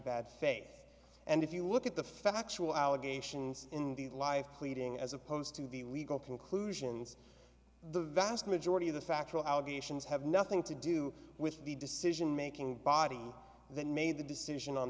bad faith and if you look at the factual allegations in the life pleading as opposed to the legal conclusions the vast majority of the factual allegations have nothing to do with the decision making body that made the decision on